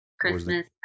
Christmas